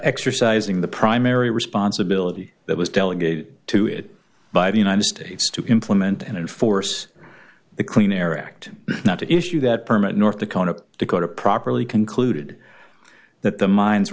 exercising the primary responsibility that was delegated to it by the united states to implement and enforce the clean air act not to issue that permit north dakota dakota properly concluded that the min